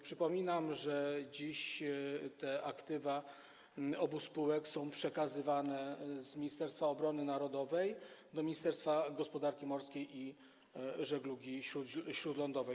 Przypominam, że dziś aktywa obu spółek są przekazywane z Ministerstwa Obrony Narodowej do Ministerstwa Gospodarki Morskiej i Żeglugi Śródlądowej.